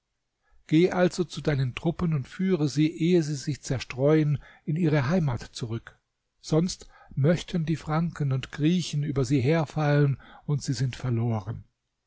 geh also zu deinen truppen und führe sie ehe sie sich zerstreuen in ihre heimat zurück sonst möchten die franken und griechen über sie herfallen und sie sind verloren